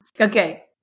Okay